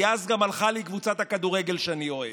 כי אז גם הלכה לי קבוצת הכדורגל שאני אוהד.